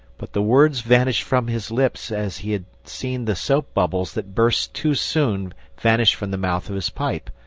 but the words vanished from his lips as he had seen the soap-bubbles that burst too soon vanish from the mouth of his pipe.